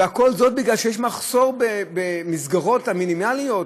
וכל זה כי יש מחסור במסגרות המינימליות: